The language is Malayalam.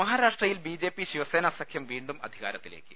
മഹാരാഷ്ട്രയിൽ ബിജെപി ശിവസേന സഖ്യം വീണ്ടും അധി കാരത്തിലേക്ക്